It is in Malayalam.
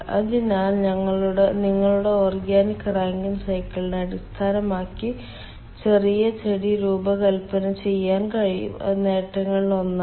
അതിനാൽ നിങ്ങളുടെ ഓർഗാനിക് റാങ്കിൻ സൈക്കിളിനെ അടിസ്ഥാനമാക്കി ചെറിയ ചെടി രൂപകൽപ്പന ചെയ്യാൻ കഴിയും അത് നേട്ടങ്ങളിലൊന്നാണ്